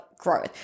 growth